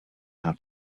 how